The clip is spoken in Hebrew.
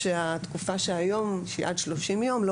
תקופת ההשעיה הדחופה של עד 30 יום לא